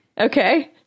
okay